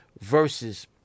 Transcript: versus